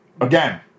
Again